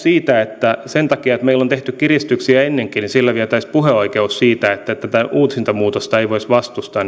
siitä että sen takia että meillä on tehty kiristyksiä ennenkin vietäisiin puheoikeus siitä että tätä uusinta muutosta ei voisi vastustaa